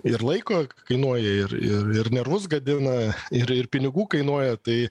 ir laiko kainuoja ir ir ir nervus gadina ir ir pinigų kainuoja tai